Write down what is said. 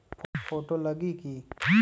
Photo लगी कि?